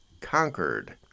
conquered